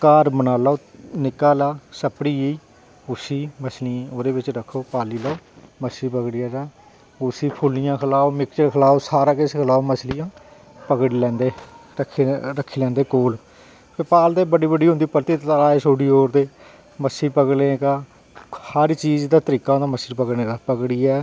घर बनाई लैओ निक्का जेहा छपड़ी जेही उसी मच्छलियें ई गी ओह्दे बिच रक्खो ते पाली लैओ मच्छी पकड़ियै ते उसी फुल्लियां खलाओ मिक्चर खलाओ सारा किश मछलियां पकड़ी लैंदे ते रक्खी लैंदे कोल ते बड्डी बड्डी होंदी ते तलाब च छोड़ी ओड़दे मच्छी पगड़ी लेई तां हर चीज़ दा इक्क तरीका होंदा मछली पकड़ने दा